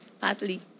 Partly